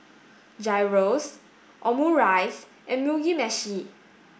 Gyros Omurice and Mugi meshi